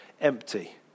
empty